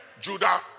Judah